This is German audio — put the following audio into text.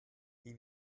wie